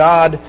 God